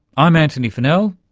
i'm antony funnell,